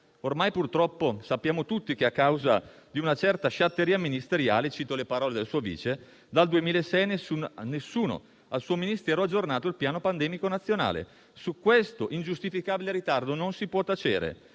Ormai, purtroppo, sappiamo tutti di una certa sciatteria ministeriale e cito le parole del suo vice: dal 2006 nessuno al suo Ministero ha aggiornato il Piano pandemico nazionale. Su questo ingiustificabile ritardo non si può tacere.